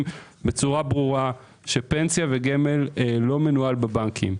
בצורה ברורה שפנסיה וגמל לא מנוהל בבנקים.